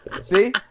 See